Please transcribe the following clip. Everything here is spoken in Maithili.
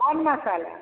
कौन मसाला